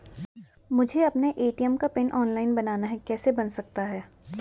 मुझे अपना ए.टी.एम का पिन ऑनलाइन बनाना है कैसे बन सकता है?